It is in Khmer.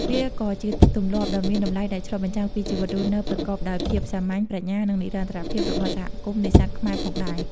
វាក៏ជាទម្លាប់ដ៏មានតម្លៃដែលឆ្លុះបញ្ចាំងពីជីវិតរស់នៅប្រកបដោយភាពសាមញ្ញ ប្រាជ្ញា និងនិរន្តរភាពរបស់សហគមន៍នេសាទខ្មែរផងដែរ។